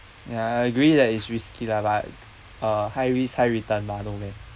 ya I agree that it's risky lah but uh high risk high return mah no meh